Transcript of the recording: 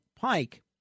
Pike